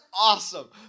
awesome